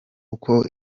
uko